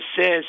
says